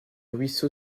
ruisseau